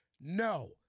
No